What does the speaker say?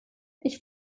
ich